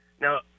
Now